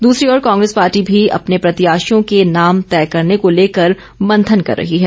दूसरी ओर कांग्रेस पार्टी भी अपने प्रत्याशियों के नाम तय करने को लेकर मंथन कर रही है